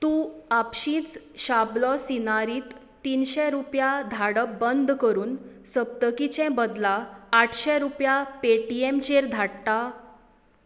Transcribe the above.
तूं आपशींच शाबलो सिनारीत तिनशे रुपया धाडप बंद करून सप्तकीचे बदला आठशे रुपया पेटीएमचेर धाडटा